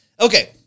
Okay